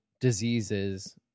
diseases